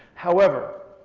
however,